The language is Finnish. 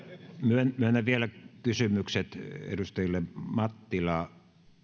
myönnän vielä kysymykset edustajille mattila